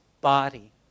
body